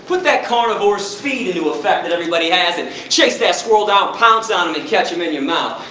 put that carnivores feet into affect that everybody has and chase that squirrel down, pounce on him and catch him in your mouth.